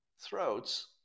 throats